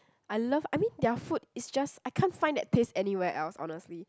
I love I mean their food is just I can't find that taste anywhere else honestly